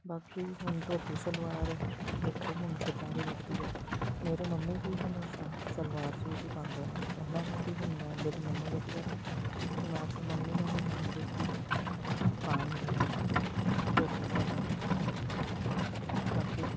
ਬਾਕੀ ਹੁਣ ਧੋਤੀ ਸਲਵਾਰ ਦੇਖੋ ਹੁਣ ਕਿੱਦਾਂ ਦੀ ਲੱਗਦੀ ਹੈ ਮੇਰੇ ਮੰਮੀ ਵੀ ਹਮੇਸ਼ਾ ਸਲਵਾਰ ਸੂਟ ਹੀ ਪਾਉਂਦੇ ਨੇ ਉਹਨਾਂ ਨੂੰ ਵੀ ਹੁਣ ਮੈਂ ਜਦ ਮੈਨੂੰ ਵਧੀਆ ਲੱਗਾ ਤਾਂ ਮੈਂ ਆਪਣੇ ਮੰਮੀ ਨੂੰ ਵੀ ਕਹਾਂਗੀ ਕਿ ਪਾਣਗੇ ਇਹੀ ਧੋਤੀ ਸਲਵਾਰ ਦੇਖੋ ਬਾਕੀ